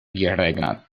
virregnat